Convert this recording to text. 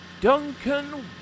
Duncan